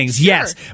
Yes